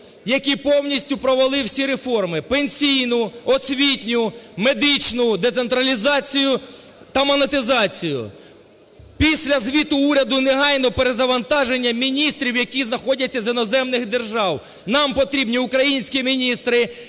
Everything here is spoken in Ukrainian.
який повністю провалив всі реформи: пенсійну, освітню, медичну, децентралізацію та монетизацію. Після звіту уряду -негайно перезавантаження міністрів, які знаходяться з іноземних держав, нам потрібні українські міністри,